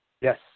Yes